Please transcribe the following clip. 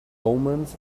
omens